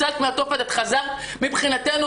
כמה חיים היינו יכולים להציל אם היה שימוש בניטור האלקטרוני?